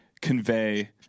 convey